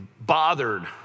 bothered